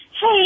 Hey